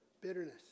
Bitterness